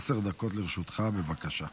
עשר דקות לרשותך, בבקשה.